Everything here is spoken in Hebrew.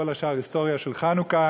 כל השאר היסטוריה של חנוכה.